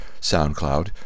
SoundCloud